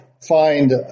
find